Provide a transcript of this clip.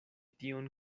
tion